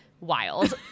wild